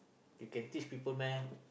you can teach people meh